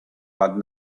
but